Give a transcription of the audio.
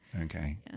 Okay